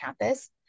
campus